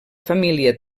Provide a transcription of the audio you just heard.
família